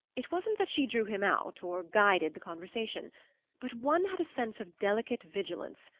it wasn't that she drew him out, or guided the conversation but one had a sense of delicate vigilance,